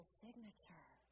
signature